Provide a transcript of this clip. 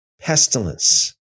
pestilence